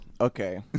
okay